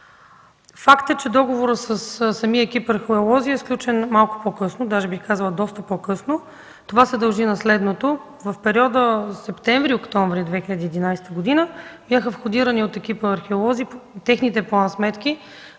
Факт е, че договорът със самия екип археолози е сключен малко по-късно, даже бих казала доста по-късно. Това се дължи на следното: в периода септември – октомври 2011 г. бяха входирани от екип археолози техните план-сметки